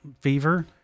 fever